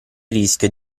rischio